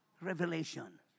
revelation